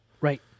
right